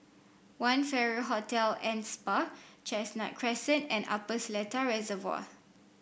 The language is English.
One Farrer Hotel and Spa Chestnut Crescent and Upper Seletar Reservoir